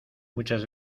muchas